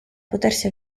potersi